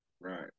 Right